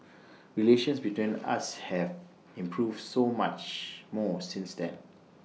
relations between us have improved so much more since then